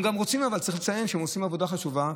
צריך לציין שהם עושים עבודה חשובה.